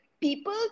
people